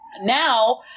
Now